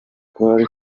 kurt